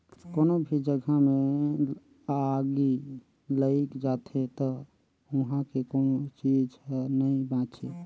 कोनो भी जघा मे आगि लइग जाथे त उहां के कोनो चीच हर नइ बांचे